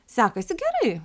sekasi gerai